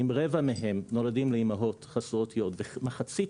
אם רבע מהם נולדים לאימהות חסרות יוד ומחצית